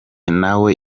nawe